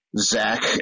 Zach